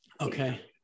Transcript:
Okay